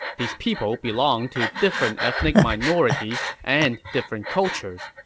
these people belong to different ethnic minorities and different cultures,